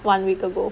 one week ago